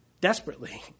desperately